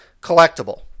collectible